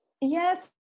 Yes